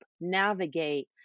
navigate